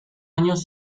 años